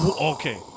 Okay